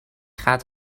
gaat